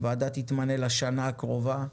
הוועדה תתמנה לשנה הקרובה.